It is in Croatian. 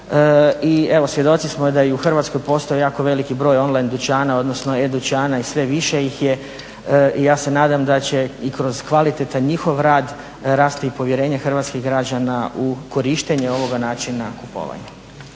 i evo svjedoci smo da i u Hrvatskoj postoji jako veliki broj online dućana, odnosno e-dućana i sve više ih je. I ja se nadam da će i kroz kvalitetan njihov rad rasti i povjerenje hrvatskih građana u korištenje ovoga načina kupovanja.